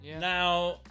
Now